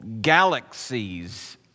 galaxies